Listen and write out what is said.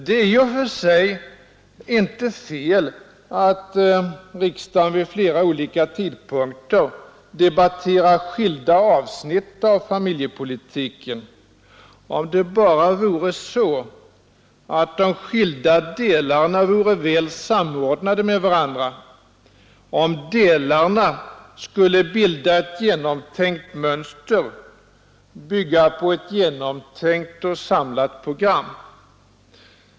Det är i och för sig inte fel att riksdagen vid flera olika tidpunkter debatterar skilda avsnitt av familjepolitiken — om det bara vore så att de skilda delarna vore väl samordnade med varandra, om delarna skulle bilda ett genomtänkt mönster, bygga på ett genomtänkt och samlat program.